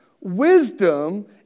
Wisdom